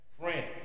friends